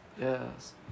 yes